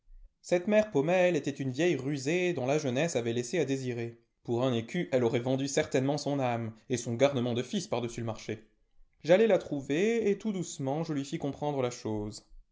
cette mère paumelle était une vieille rusée dont la jeunesse avait laissé à désirer pour un écu elle aurait vendu certainement son âme et son garnement de fils par-dessus le marché j'allai la trouver et tout doucement je lui fis comprendre la chose